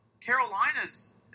Carolina's